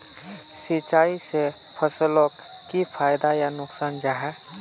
सिंचाई से फसलोक की फायदा या नुकसान जाहा?